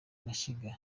mashyiga